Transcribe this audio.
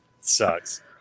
Sucks